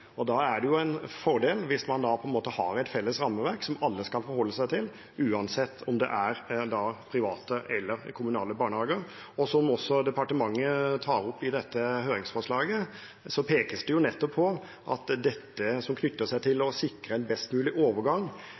og det samme gjelder motsatt vei. Da er det en fordel at man har et felles rammeverk som alle skal forholde seg til, uansett om det er private eller kommunale barnehager. Som også departementet tar opp i dette høringsforslaget, pekes det nettopp på at det som knytter seg til å sikre en best mulig overgang,